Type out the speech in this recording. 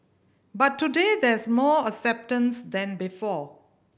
but today there's more acceptance than before